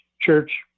church